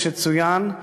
כפי שצוין,